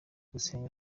gusenga